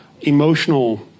Emotional